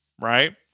right